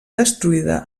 destruïda